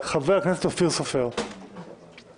חבר הכנסת אופיר סופר, בבקשה.